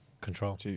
control